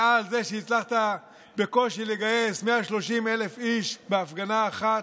הנאה על זה שהצלחת בקושי לגייס 130,000 איש בהפגנה אחת,